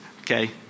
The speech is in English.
Okay